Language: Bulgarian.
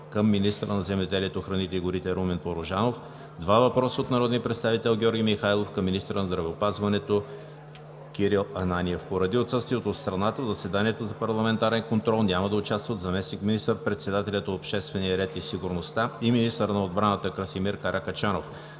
към министъра на земеделието, храните и горите Румен Порожанов; - два въпроса от народния представител Георги Михайлов към министъра на здравеопазването Кирил Ананиев. Поради отсъствие от страната в заседанието за парламентарен контрол няма да участват заместник министър-председателят по обществения ред и сигурността и министър на отбраната Красимир Каракачанов,